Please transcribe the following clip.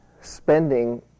spending